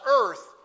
earth